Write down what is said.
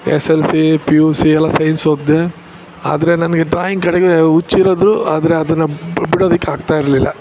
S L C P U C ಎಲ್ಲ science ಓದಿದೆ ಆದರೆ ನನಗೆ ಡ್ರಾಯಿಂಗ್ ಕಡೆಗೆ ಹುಚ್ಚಿರೋದು ಆದರೆ ಅದನ್ನ ಬಿಡೋದಕ್ಕೆ ಆಗ್ತಾ ಇರಲಿಲ್ಲ